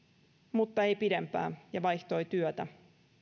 mutta ei pidempään ja vaihtoi työtä